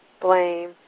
blame